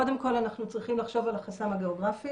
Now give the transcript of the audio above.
קודם כל אנחנו צריכים לחשוב על החסם הגיאוגרפי,